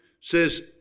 says